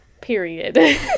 Period